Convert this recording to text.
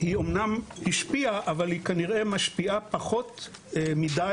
היא אמנם השפיעה אבל היא כנראה משפיעה פחות מדי,